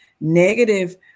negative